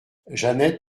jeannette